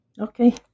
Okay